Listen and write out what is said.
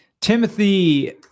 Timothy